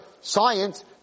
science